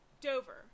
Dover